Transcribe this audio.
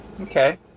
Okay